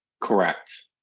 Correct